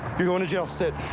you're going to jail. sit.